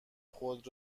خود